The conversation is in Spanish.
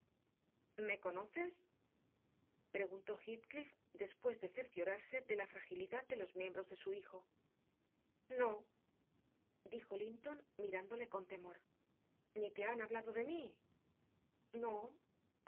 me conoces preguntó heathcliff después de cerciorarse de la fragilidad de los miembros de su hijo no dijo linton mirándole con temor ni te han hablado de mí no